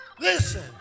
Listen